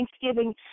thanksgiving